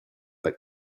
but